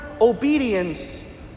obedience